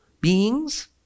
beings